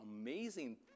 amazing